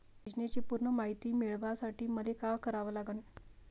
योजनेची पूर्ण मायती मिळवासाठी मले का करावं लागन?